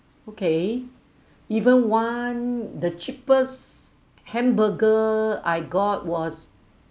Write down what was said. okay even one the cheapest hamburger I got was